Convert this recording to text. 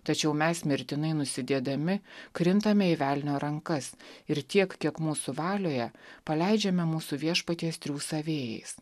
tačiau mes mirtinai nusidėdami krintame į velnio rankas ir tiek kiek mūsų valioje paleidžiame mūsų viešpaties triūsą vėjais